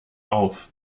auf